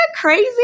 crazy